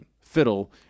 fiddle